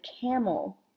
camel